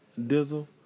Dizzle